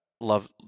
love